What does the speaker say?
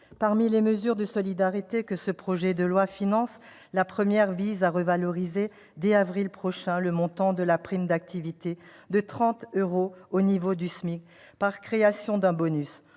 Parmi les mesures de solidarité de ce projet de loi de finances, la première vise à revaloriser dès avril prochain le montant de la prime d'activité de 30 euros au niveau du SMIC, par création d'un bonus.